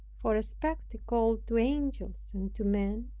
for a spectacle to angels and to men?